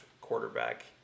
quarterback